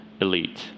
elite